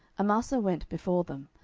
amasa went before them.